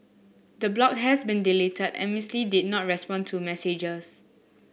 the blog has been deleted and Miss Lee did not respond to messages